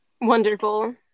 Wonderful